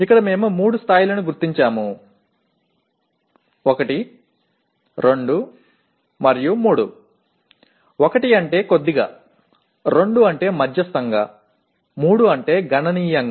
ఇక్కడ మేము మూడు స్థాయిలను గుర్తించాము 1 2 3 1 అంటే కొద్దిగా 2 అంటే మధ్యస్తంగా 3 అంటే గణనీయంగా